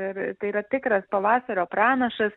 ir tai yra tikras pavasario pranašas